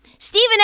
Stephen